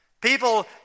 people